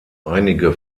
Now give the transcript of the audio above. einige